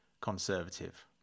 conservative